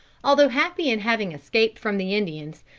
although happy in having escaped from the indians,